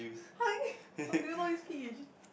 how do you know is peach